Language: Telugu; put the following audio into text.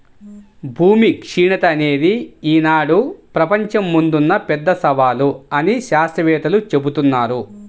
భూమి క్షీణత అనేది ఈనాడు ప్రపంచం ముందున్న పెద్ద సవాలు అని శాత్రవేత్తలు జెబుతున్నారు